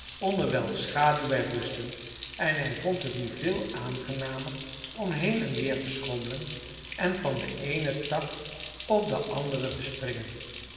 onder welks schaduw wij rustten en hij vond het nu veel aangenamer om heen en weer te schommelen en van den eenen tak op den anderen te springen